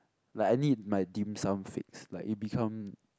like I need my dim sum fix like it become